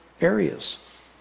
areas